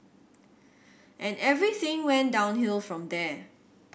and everything went downhill from there